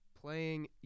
playing